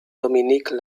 dominique